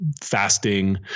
fasting